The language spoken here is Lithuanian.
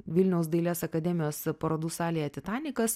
vilniaus dailės akademijos parodų salėje titanikas